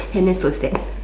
and that's so sad